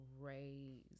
crazy